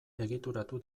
egituratu